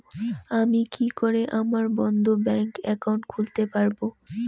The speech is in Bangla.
আমি কি করে আমার বন্ধ ব্যাংক একাউন্ট খুলতে পারবো?